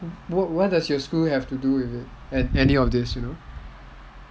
!huh! why does your school have anything to do with this you know